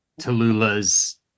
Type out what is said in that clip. Tallulah's